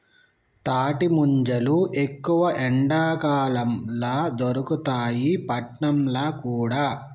తాటి ముంజలు ఎక్కువ ఎండాకాలం ల దొరుకుతాయి పట్నంల కూడా